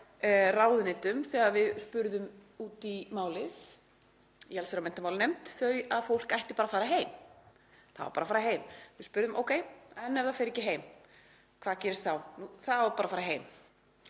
ráðuneytum, þegar við spurðum út í málið í allsherjar- og menntamálanefnd, þau að fólk ætti bara að fara heim. Það á bara að fara heim. Við spurðum: Ókei, en ef það fer ekki heim, hvað gerist þá? Það á bara að fara heim.